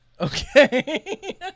Okay